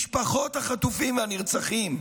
משפחות החטופים והנרצחים,